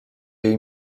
jej